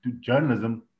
journalism